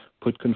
put